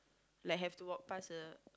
like have to walk past the